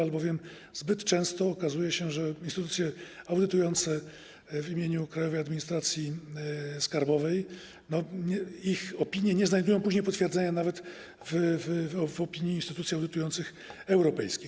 Albowiem zbyt często okazuje się, że jeśli chodzi o instytucje audytujące w imieniu Krajowej Administracji Skarbowej, to ich opinie nie znajdują później potwierdzenia nawet w opinii instytucji audytujących europejskich.